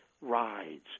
rides